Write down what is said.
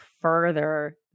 further